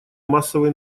массовой